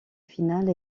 finale